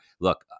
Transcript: look